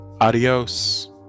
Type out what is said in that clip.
Adios